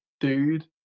dude